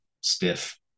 stiff